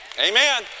Amen